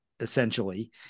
essentially